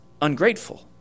ungrateful